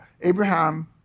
Abraham